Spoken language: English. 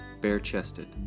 bare-chested